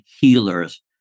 healers